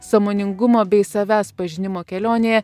sąmoningumo bei savęs pažinimo kelionėje